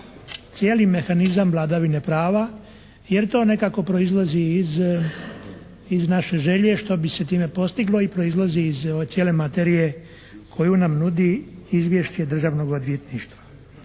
cijeli mehanizam vladavine prava, jer to nekako proizlazi iz naše želje što bi se time postiglo i proizlazi iz cijele materije koju nam nudi izvješće Državnog odvjetništva.